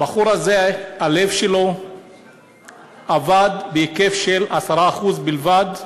הבחור הזה, הלב שלו עבד בהיקף של 10% בלבד.